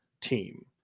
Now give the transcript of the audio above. team